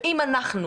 ואם אנחנו,